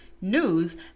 news